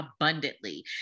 abundantly